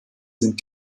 sind